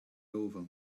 over